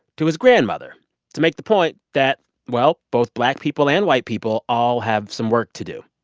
to his grandmother to make the point that, well, both black people and white people all have some work to do.